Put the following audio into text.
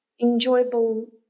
enjoyable